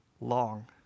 long